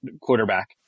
quarterback